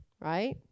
Right